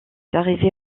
arrivée